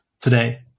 Today